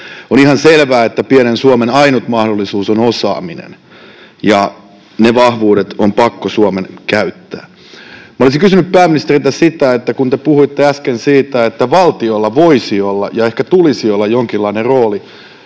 On ihan selvää, että pienen Suomen ainut mahdollisuus on osaaminen ja ne vahvuudet on pakko Suomen käyttää. Olisin kysynyt pääministeriltä: Te puhuitte äsken siitä, että valtiolla voisi olla ja ehkä tulisi olla jonkinlainen rooli